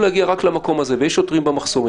להגיע רק למקום הזה ויהיו שוטרים במחסומים.